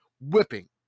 whipping